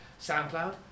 SoundCloud